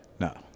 no